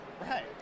Right